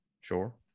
sure